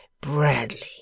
Bradley